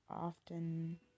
often